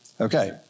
Okay